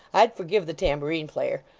i'd forgive the tambourine-player.